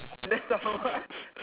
that's not for what